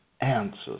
answers